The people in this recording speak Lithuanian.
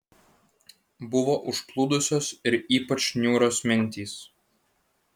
buvo užplūdusios ir ypač niūrios mintys